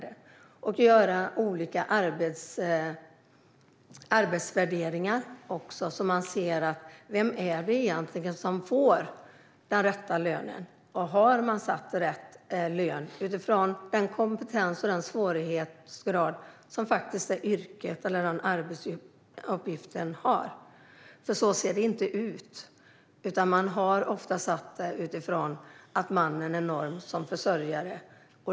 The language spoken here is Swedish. Det handlar också om att göra olika arbetsvärderingar, så att man ser vem det egentligen är som får den rätta lönen. Har man satt rätt lön utifrån den kompetens och svårighetsgrad som yrket eller arbetsuppgiften innebär? Så ser det nämligen inte ut, utan lönen har ofta satts utifrån mannen som norm som försörjare.